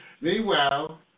meanwhile